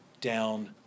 down